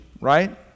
right